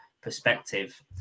perspective